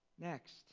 next